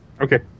Okay